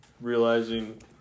realizing